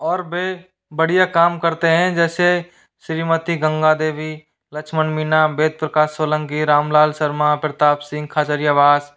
और वे बढ़िया काम करते हैं जैसे श्रीमती गंगा देवी लक्ष्मण मीना वेद प्रकाश सोलंकी राम लाल शर्मा प्रताब सिंह खजरियावास